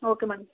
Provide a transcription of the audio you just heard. okay madam